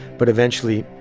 but eventually,